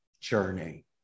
journey